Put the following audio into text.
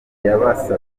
yabasabye